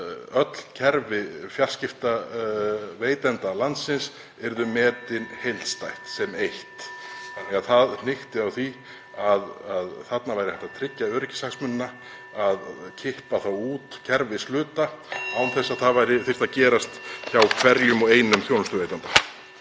öll kerfi fjarskiptaveitenda landsins (Forseti hringir.) yrðu metin heildstætt sem eitt. Það hnykkti á því að þarna væri hægt að tryggja öryggishagsmunina, að kippa út kerfishluta án þess að það þyrfti að gerast hjá hverjum og einum þjónustuveitanda.